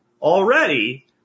already